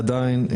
עדין,